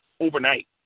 overnight